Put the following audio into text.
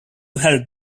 help